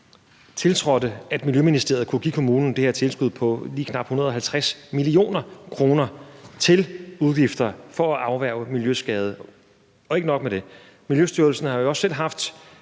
tiltrådte, at Miljøministeriet kunne give kommunen det her tilskud på lige knap 150 mio. kr. til udgifter for at afværge miljøskade. Ikke nok med det, Miljøstyrelsen har også selv haft